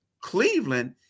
Cleveland